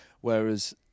Whereas